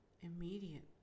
immediate